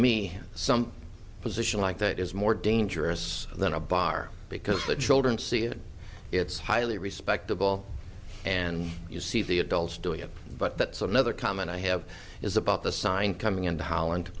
me some position like that is more dangerous than a bar because the children see it it's highly respectable and you see the adults doing it but that's another comment i have is about the sign coming into holland